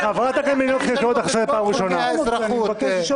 כמה עותקים אנחנו רוצים?